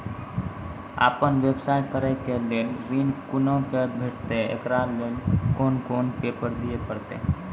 आपन व्यवसाय करै के लेल ऋण कुना के भेंटते एकरा लेल कौन कौन पेपर दिए परतै?